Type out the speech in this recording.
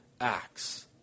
acts